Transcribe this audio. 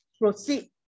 Proceed